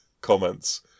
comments